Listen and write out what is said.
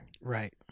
right